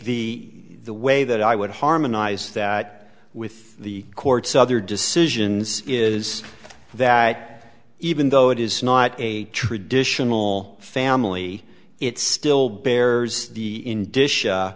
think the way that i would harmonize that with the court's other decisions is that even though it is not a traditional family it still bears the in dish